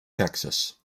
texas